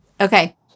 Okay